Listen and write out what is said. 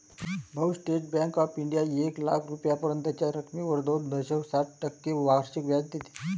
भाऊ, State Bank of India एक लाख रुपयांपर्यंतच्या रकमेवर दोन दशांश सात टक्के वार्षिक व्याज देते